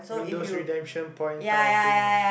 you mean those redemption point type of thing ah